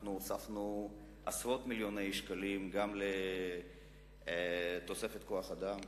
אנחנו הוספנו עשרות מיליוני שקלים לתוספת כוח-אדם,